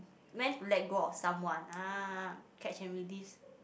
meant to let go of someone ah catch and release